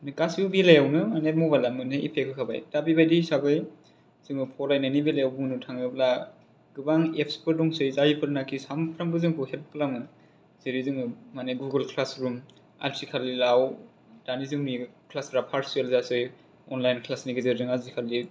गासैबो बेलायावनो माने मबाइला मोननै एपेक होखाबाय दा बेबादि हिसाबै जोङो फरायनायनि बेलायाव बुंनो थाङोब्ला गोबां एफ्सफोर दंसै जायफोरनाखि सामफ्रामबो जोंखौ हेल्प खालामो जेरै जोङो माने गुगल क्लास रुम आथिखालाव दानि जोंनि क्लास फ्रा फारसुयेल जासै अनलायन क्लासनि गेजेरजों आजिखालि